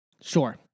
Sure